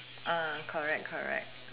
correct correct